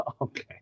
Okay